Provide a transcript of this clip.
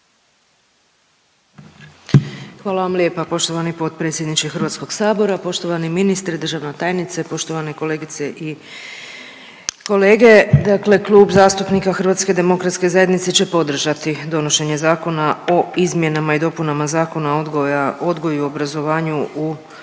Hvala vam lijepa poštovani potpredsjedniče Hrvatskog sabora, poštovani ministre, državna tajnice, poštovane kolegice i kolege. Dakle Klub zastupnika HDZ-a će podržati donošenje Zakona o izmjenama i dopunama Zakona o odgoju i obrazovanju u osnovnoj